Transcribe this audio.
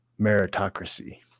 meritocracy